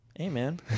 Amen